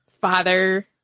father